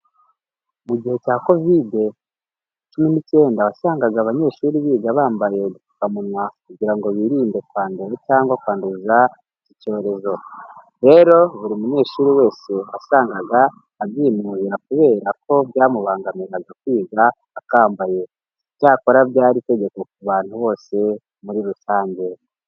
Mu gihe cya Kovide cumi n'icyenda wasangaga abanyeshuri biga bambaye udupfukamunwa kugira ngo birinde kwandura cyangwa kwanduza iki cyorezo. Rero buri munyeshuri wese wasangaga abyinubira kubera ko byamubangamiraga kwiga akambaye. Icyakora byari itegeko ku bantu bose muri rusange.